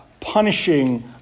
Punishing